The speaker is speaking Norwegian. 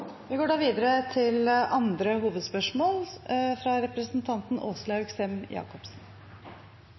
Vi går videre til neste hovedspørsmål.